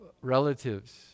relatives